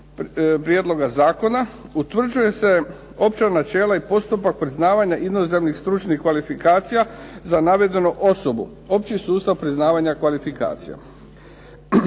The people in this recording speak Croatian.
prijedloga zakona, utvrđuje se opća načela i postupak priznavanja inozemnih stručnih kvalifikacija za navedenu osobu, opći sustav priznavanja kvalifikacija.